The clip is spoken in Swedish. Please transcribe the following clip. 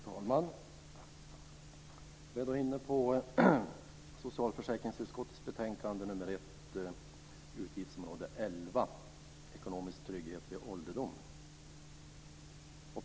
Fru talman! Nu är vi inne på socialförsäkringsutskottets betänkande nr 1 utgiftsområde 11 Ekonomisk trygghet vid ålderdom.